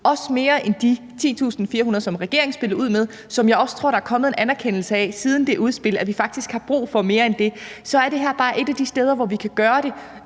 også med mere end de 10.400, som regeringen spillede ud med – og jeg tror også, der er kommet en anerkendelse af siden det udspil, at vi faktisk har brug for mere end det – så er det her bare et af de steder, hvor vi kan gøre det